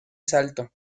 salto